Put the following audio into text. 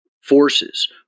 forces